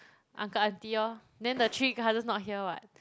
uncle aunty lor then the three cousins not here what